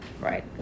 right